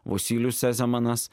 vosylius sezemanas